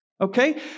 Okay